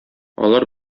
алар